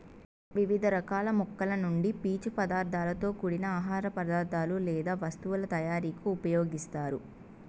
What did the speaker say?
వివిధ రకాల మొక్కల నుండి పీచు పదార్థాలతో కూడిన ఆహార పదార్థాలు లేదా వస్తువుల తయారీకు ఉపయోగిస్తారు